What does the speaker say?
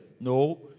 No